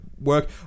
work